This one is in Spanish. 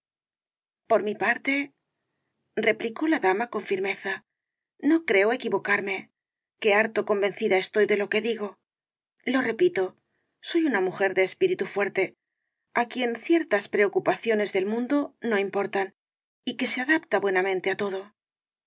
por mi partereplicó la dama con firmeza no creo equivocarme que harto convencida estoy de lo que digo lo repito soy una mujer de espíritu fuerte á quien ciertas preocupaciones del mundo no importan y que se adapta buenamente á todo